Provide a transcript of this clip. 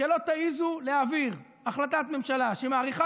שלא תעזו להעביר החלטת ממשלה שמאריכה